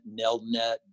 Nelnet